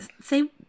say